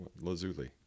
lazuli